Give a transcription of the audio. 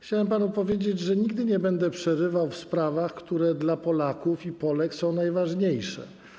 Chciałem panu powiedzieć, że nigdy nie będę przerywał w sprawach, które dla Polaków i Polek są najważniejsze.